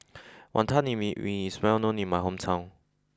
Wantan Mee ring is well known in my hometown